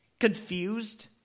Confused